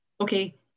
okay